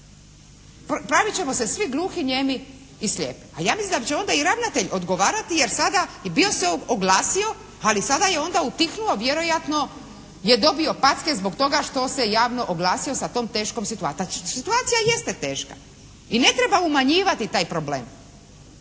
pravit ćemo se svi gluhi, nijemi i slijepi. A ja mislim da će onda i ravnatelj odgovarati jer sada, i bio se oglasio ali sada je onda utihnuo, vjerojatno je dobio packe zbog toga što se javno oglasio sa tom teškom situacijom. Situacija jeste teška i ne treba umanjivati taj problem.